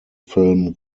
film